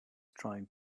trying